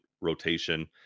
rotation